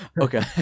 Okay